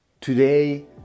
today